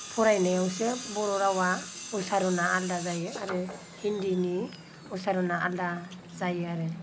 फरायनायावसो बर' रावा रिंसारथि आलादा जायो आरो हिन्दीनि रिंसारथि आलादा जायो आरो